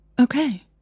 Okay